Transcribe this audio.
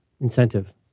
Incentive